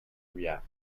reap